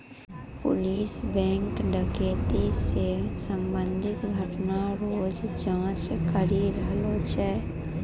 police bank डकैती से संबंधित घटना रो जांच करी रहलो छै